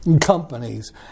companies